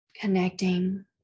connecting